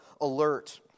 alert